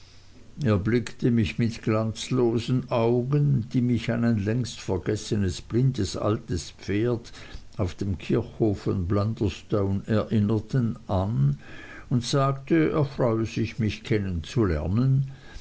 blickte mich mit glanzlosen augen die mich an ein längst vergessenes blindes altes pferd auf dem kirchhof von blunderstone erinnerten an und sagte er freue sich mich